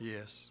Yes